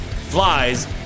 flies